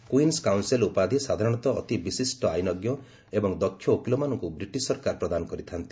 queens counsel ଉପାଧି ସାଧାରଣତଃ ଅତି ବିଶିଷ୍ଟ ଆଇନଜ୍ଞ ଏବଂ ଦକ୍ଷ ଓକିଲମାନଙ୍କୁ ବ୍ରିଟିଶ୍ ସରକାର ପ୍ରଦାନ କରିଥା'ନ୍ତି